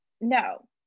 no